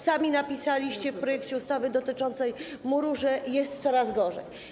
Sami napisaliście w projekcie ustawy dotyczącej budowy muru, że jest coraz gorzej.